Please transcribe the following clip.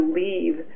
leave